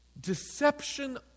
Deception